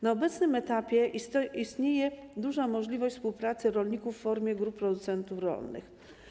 Na obecnym etapie istnieje duża możliwość współpracy rolników w formie grup producentów rolnych.